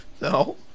No